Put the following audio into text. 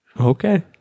Okay